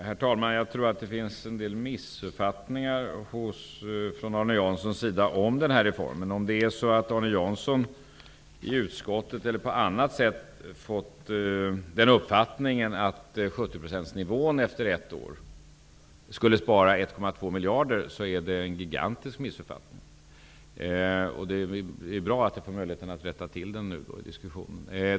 Herr talman! Jag tror att det finns en del missuppfattningar från Arne Janssons sida om den här reformen. Om Arne Jansson i utskottet, eller på annat sätt, har fått den uppfattningen att man genom en sänkning av ersättningsnivån till 70 % på ett år skulle spara 1,2 miljarder är det en gigantisk missuppfattning. Det är bra att jag får möjlighet att i denna diskussion rätta till den missuppfattningen.